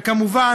וכמובן,